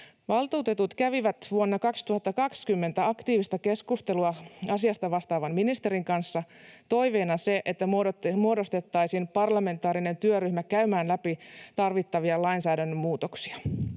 Valtuutetut kävivät vuonna 2020 aktiivista keskustelua asiasta vastaavan ministerin kanssa toiveena se, että muodostettaisiin parlamentaarinen työryhmä käymään läpi tarvittavia lainsäädännön muutoksia.